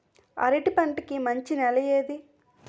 అరటి పంట కి మంచి నెల ఏది?